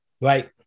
Right